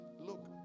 Look